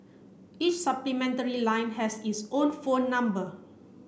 each supplementary line has its own phone number